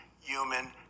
human